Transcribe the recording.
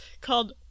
called